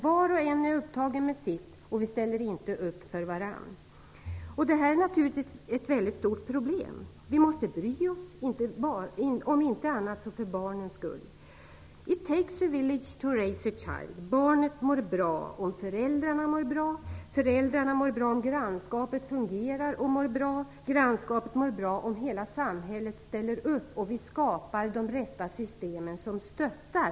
Var och en är upptagen med sitt, och vi ställer inte upp för varandra. Detta är naturligtvis ett mycket stort problem. Vi måste bry oss, om inte annat så för barnens skull. It takes a village to raise a child. Barnet mår bra om föräldrarna mår bra. Föräldrarna mår bar om grannskapet fungerar och mår bra. Grannskapet mår bra om hela samhället ställer upp och vi skapar de rätta systemen som stöttar.